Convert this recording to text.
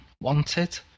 Wanted